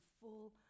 full